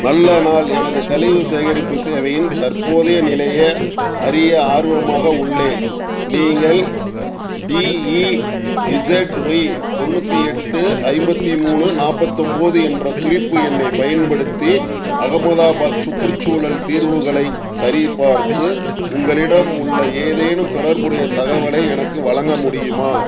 நல்ல நாள் எனது கழிவு சேகரிப்பு சேவையின் தற்போதைய நிலையை அறிய ஆர்வமாக உள்ளேன் நீங்கள் டிஇஇசெட்ஒய் தொண்ணூற்றி எட்டு ஐம்பத்து மூணு நாற்பத்து ஒம்பது என்ற குறிப்பு எண்ணைப் பயன்படுத்தி அகமதாபாத் சுற்றுச்சூழல் தீர்வுகளைச் சரிப்பார்த்து உங்களிடம் உள்ள ஏதேனும் தொடர்புடைய தகவலை எனக்கு வழங்க முடியுமா